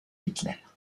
hitler